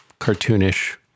cartoonish